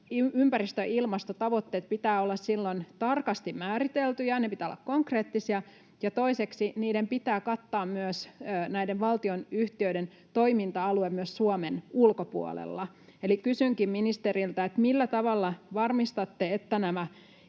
ympäristö- ja ilmastotavoitteiden pitää silloin olla tarkasti määriteltyjä ja niiden pitää olla konkreettisia. Toiseksi niiden pitää kattaa myös näiden valtionyhtiöiden toiminta-alue myös Suomen ulkopuolella. Eli kysynkin ministeriltä, millä tavalla varmistatte,